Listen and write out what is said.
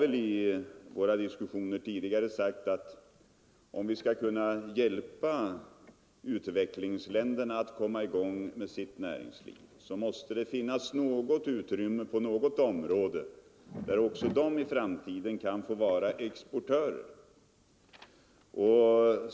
Vi har i våra diskussioner tidigare sagt att om vi skall hjälpa utvecklingsländerna att komma i gång med sitt näringsliv, så måste det finnas något utrymme på något område där också de i framtiden kan få vara exportörer.